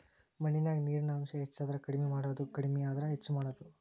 ಮಣ್ಣಿನ್ಯಾಗ ನೇರಿನ ಅಂಶ ಹೆಚಾದರ ಕಡಮಿ ಮಾಡುದು ಕಡಮಿ ಆದ್ರ ಹೆಚ್ಚ ಮಾಡುದು